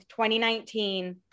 2019